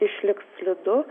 išliks slidu